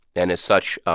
and as such,